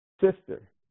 Sister